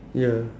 ya